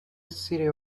city